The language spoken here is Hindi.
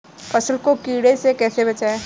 फसल को कीड़े से कैसे बचाएँ?